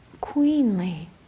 queenly